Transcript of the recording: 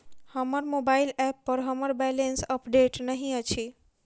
हमर mobile app पर हमर बैलेंस अपडेट नहि अछि